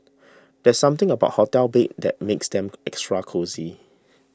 there's something about hotel beds that makes them extra cosy